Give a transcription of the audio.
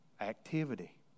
activity